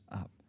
up